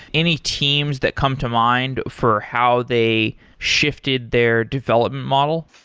any teams that come to mind for how they shifted their development model?